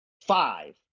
five